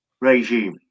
regime